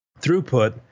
throughput